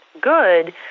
good